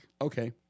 Okay